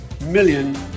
million